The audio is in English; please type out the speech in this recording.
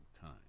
time